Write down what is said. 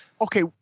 Okay